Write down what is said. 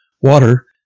water